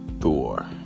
Thor